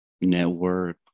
network